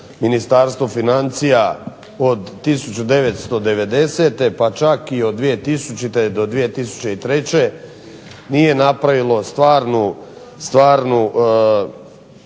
Ministarstvo financija od 1990. pa čak i od 2000. do 2003. nije napravilo stvarnu